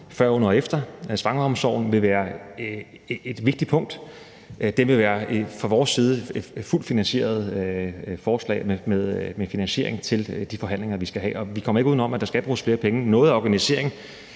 før, under og efter, altså svangreomsorgen, være et vigtigt punkt. Det vil fra vores side være et fuldt finansieret forslag, altså med finansiering til de forhandlinger, vi skal have. Vi kommer ikke uden om, at der skal bruges flere penge. Noget er organisering,